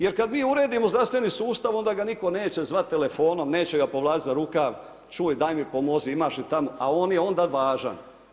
Jer kada mi uredimo zdravstveni sustav onda ga nitko neće zvati telefonom, neće ga povlačiti za rukav, čuj, daj mi pomozi, imaš li tamo, a on je onda važan.